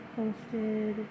posted